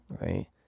right